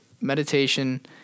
meditation